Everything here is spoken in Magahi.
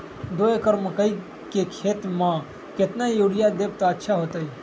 दो एकड़ मकई के खेती म केतना यूरिया देब त अच्छा होतई?